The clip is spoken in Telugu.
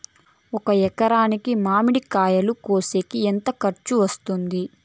ఒక ఎకరాకి మామిడి కాయలు కోసేకి ఎంత ఖర్చు వస్తుంది?